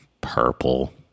purple